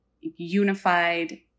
unified